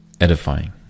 edifying